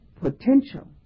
potential